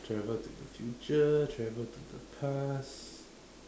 travel to the future travel to the past